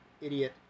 idiot